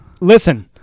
listen